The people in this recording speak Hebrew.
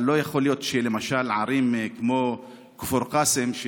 אבל לא יכול להיות שערים כמו כפר קאסם,